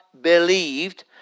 believed